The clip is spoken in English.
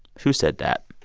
who said that?